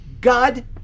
God